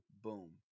boom